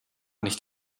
nicht